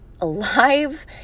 alive